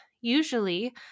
usually